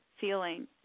feeling